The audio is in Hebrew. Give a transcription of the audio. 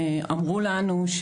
שאמרו לנו: